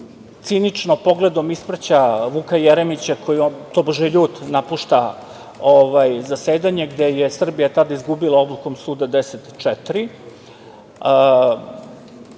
cinično, pogledom ispraća Vuka Jeremića, koji tobože ljut napušta zasedanje, gde je Srbija tada izgubila odlukom suda 10:4,